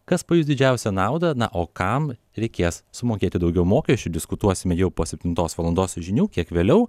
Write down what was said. kas pajus didžiausią naudą na o kam reikės sumokėti daugiau mokesčių diskutuosime jau po septintos valandos žinių kiek vėliau